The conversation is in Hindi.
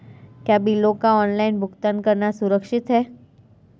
क्या बिलों का ऑनलाइन भुगतान करना सुरक्षित है?